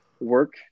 work